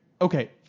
Okay